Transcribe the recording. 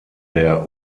der